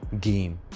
game